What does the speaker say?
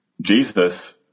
Jesus